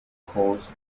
cause